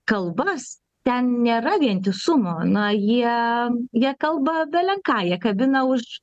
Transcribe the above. kalbas ten nėra vientisumo na jie jie kalba belenką jie kabina už